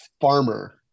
Farmer